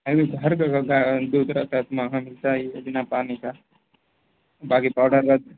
आई mean हर कोई है दूध रहता है तो एवीसमहँगा मिलता ही है बिना पानी का बाकी पाउडर रहता है